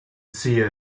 seer